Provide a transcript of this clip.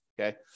Okay